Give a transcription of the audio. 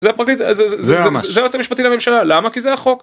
זה היועץ המשפטי לממשלה למה כי זה החוק.